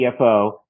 CFO